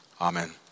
Amen